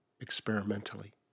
experimentally